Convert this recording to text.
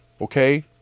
okay